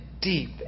deep